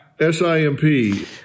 S-I-M-P